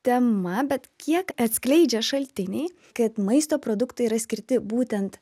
tema bet kiek atskleidžia šaltiniai kad maisto produktai yra skirti būtent